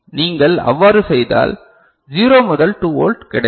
நீங்கள் அவ்வாறு செய்தால் 0 முதல் 2 வோல்ட் கிடைக்கும்